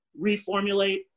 reformulate